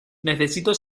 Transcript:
necesito